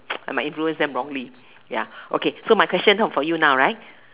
I might influence them wrongly ya okay so my question for you now right